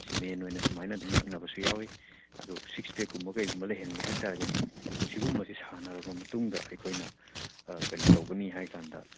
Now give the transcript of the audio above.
ꯁꯦ ꯃꯦꯟ ꯑꯣꯏꯅ ꯁꯨꯃꯥꯏꯅ ꯑꯗꯨꯝ ꯂꯥꯛꯅꯕꯁꯨ ꯌꯥꯎꯏ ꯑꯗꯨ ꯁꯤꯛꯁ ꯄꯦꯛ ꯀꯨꯝꯕ ꯀꯔꯤꯒꯨꯝꯕ ꯂꯩꯍꯟꯒꯦ ꯍꯥꯏꯕꯇꯔꯒꯗꯤ ꯁꯤꯒꯨꯝꯕꯁꯦ ꯁꯥꯟꯅꯔꯕ ꯃꯇꯨꯡꯗ ꯑꯩꯈꯣꯏꯅ ꯀꯔꯤ ꯇꯧꯒꯅꯤ ꯍꯥꯏꯕ ꯀꯥꯟꯗ